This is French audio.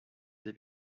des